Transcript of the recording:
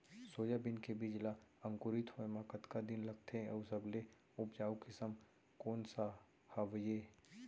Soybean के बीज ला अंकुरित होय म कतका दिन लगथे, अऊ सबले उपजाऊ किसम कोन सा हवये?